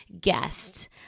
guest